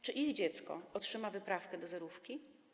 Czy ich dziecko otrzyma wyprawkę do zerówki?